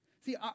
See